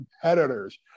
competitors